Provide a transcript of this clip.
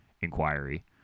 inquiry